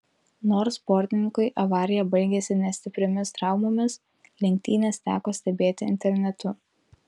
nors sportininkui avarija baigėsi ne stipriomis traumomis lenktynes teko stebėti internetu